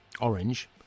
Orange